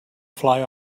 fly